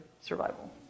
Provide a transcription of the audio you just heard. survival